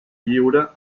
lliure